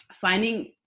finding